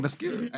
אני מסכים.